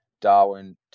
Darwin